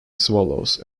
swallows